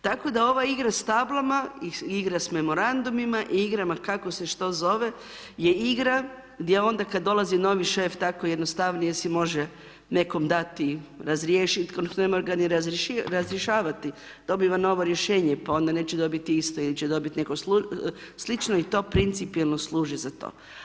Tako da ova igra s tablama, igra s memorandumima, igrama kako se što zove, je igra gdje onda kad dolazi novi šef, tako jednostavnije si može nekom dati razriješit, u stvari ne mora ga ni razrješavati, dobiva novo Rješenje pa onda neće dobiti isto ili će dobiti neko slično i to principijelno služi za to.